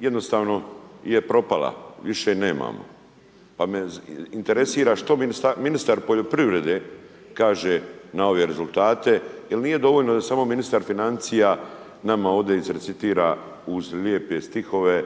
jednostavno je propala, više je nemamo. Pa me interesira što ministar poljoprivrede kaže na ove rezultate, jer nije dovoljno da samo ministar financija nama ovdje izrecitira uz lijepe stihove